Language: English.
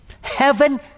Heaven